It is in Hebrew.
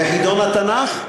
וחידון התנ"ך.